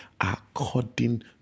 according